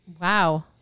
Wow